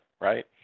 right